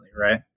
right